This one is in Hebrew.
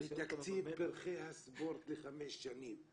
תקציב של 371 מיליון לתקציב פרחי הספורט לחמש שנים.